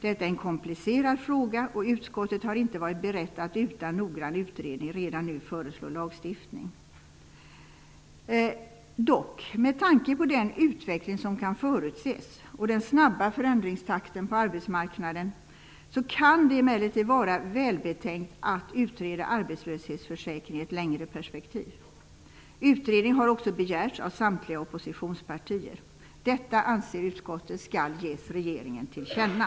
Detta är en komplicerad fråga, och utskottet har inte varit berett att utan noggrann utredning redan nu föreslå en lagstiftning. Med tanke på den utveckling som kan förutses och den snabba förändringstakten på arbetsmarknaden kan det emellertid vara välbetänkt att utreda arbetslöshetsförsäkringen i ett längre perspektiv. Utredning har också begärts av samtliga oppositionspartier. Utskottet anser att det skall ges regeringen till känna.